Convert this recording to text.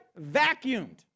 vacuumed